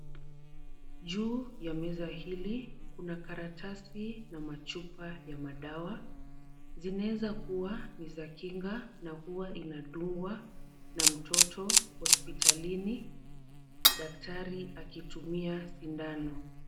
Juu ya meza hili kuna karatasi na machupa ya madawa. Zinaeza kuwa ni za kinga na huwa inadungwa na mtoto hospitalini daktari akitumia sindano.